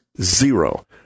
Zero